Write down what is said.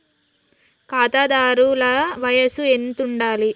ఖాతాదారుల వయసు ఎంతుండాలి?